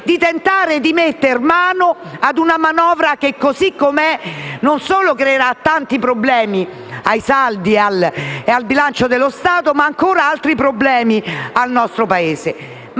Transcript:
di metter mano a una manovra che, così come è, creerà non solo tanti problemi ai saldi e al bilancio dello Stato, ma ancora nuove criticità al nostro Paese.